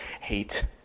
hate